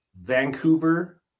Vancouver